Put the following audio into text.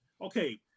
Okay